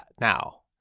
now